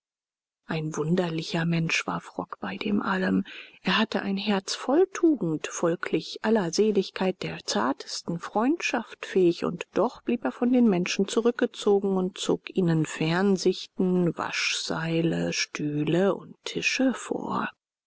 ein wunderlicher mensch war frock bei dem allem er hatte ein herz voll tugend folglich aller seligkeit der zartesten freundschaft fähig und doch blieb er von den menschen zurückgezogen und zog ihnen fernsichten waschseile stühle und tische vor